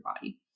body